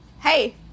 Hey